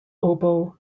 oboe